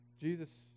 Jesus